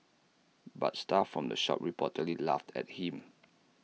but staff from the shop reportedly laughed at him